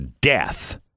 death